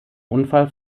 unfall